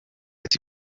ati